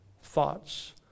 thoughts